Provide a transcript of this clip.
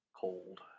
Cold